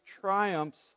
triumphs